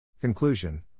Conclusion